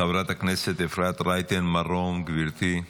חברת הכנסת אפרת רייטן מרום, גברתי.